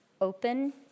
open